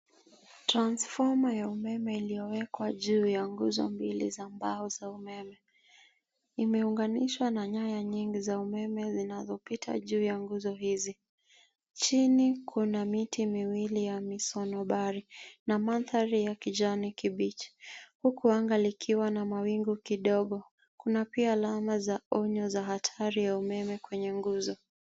Transfoma ya umeme iliyowekwa juu ya nguzo mbili za mbao za umeme. Imeunganishwa na nyaya nyingi za umeme zinazopita juu ya nguzo hizi. Chini kuna miti miwili ya misonobari na mandhari ya kijani kibichi, huku anga likiwa na mawingu kidogo. Kuna pia alama za onyo za hatari ya umeme kwenye nguzo.